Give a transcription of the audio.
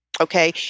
Okay